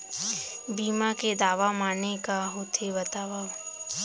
बीमा के दावा माने का होथे बतावव?